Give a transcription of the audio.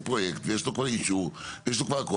פרויקט ויש לו כבר אישור ויש לו כבר הכל.